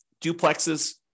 duplexes